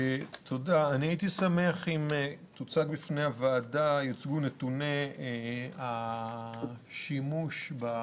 אני הייתי שמח אם יוצגו בפני הוועדה נתוני השימוש או